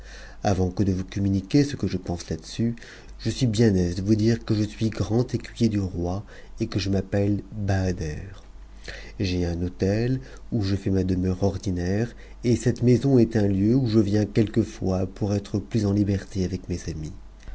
avant que de vous communiquer ce que je pense là-dessus uis me aise de vous dire que je suis grand écuyer du roi et que je wneue bahader j'ai un hôtel où je fais ma demeure ordinaire et ne maison est un lieu où je viens quelquefois pour être plus en rho'tc avec mes amis